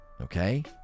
okay